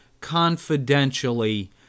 confidentially